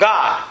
God